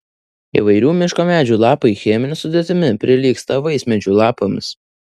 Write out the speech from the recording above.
įvairių miško medžių lapai chemine sudėtimi prilygsta vaismedžių lapams